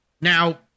Now